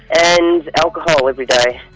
and alcohol every day.